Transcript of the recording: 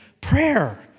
prayer